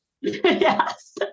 Yes